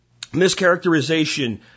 mischaracterization